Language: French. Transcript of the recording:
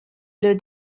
leur